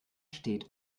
steht